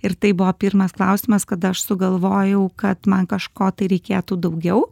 ir tai buvo pirmas klausimas kada aš sugalvojau kad man kažko tai reikėtų daugiau